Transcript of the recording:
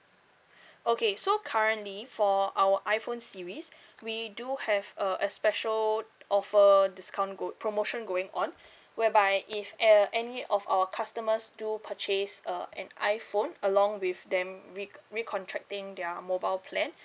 okay so currently for our iPhone series we do have uh a special offer discount go promotion going on whereby if uh any of our customers do purchase uh an iPhone along with them re re contracting their mobile plan